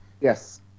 yes